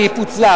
היא פוצלה.